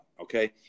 Okay